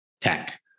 Tech